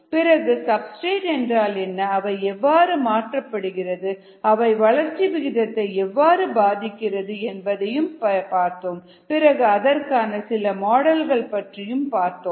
பிறகு சப்ஸ்டிரேட் என்றால் என்ன அவை எவ்வாறு மாற்றப்படுகிறது அவை வளர்ச்சி விகிதத்தை எவ்வாறு பாதிக்கிறது என்பதைப் பற்றியும் பிறகு அதற்கான சில மாடல்கள் பற்றியும் பார்த்தோம்